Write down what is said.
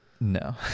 No